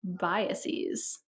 biases